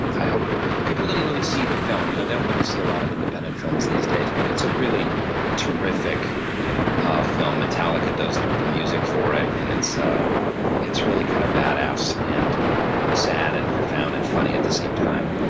i hope people didn't really see the film. you know, they don't really see a lot of independent films these days, but it's a really terrific ah film. metallica does the music for it. and it's ah it's really kind of badass and sad and profound and funny at the same time.